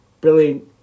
brilliant